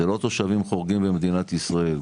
הם לא תושבים חורגים במדינת ישראל,